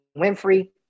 Winfrey